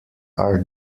are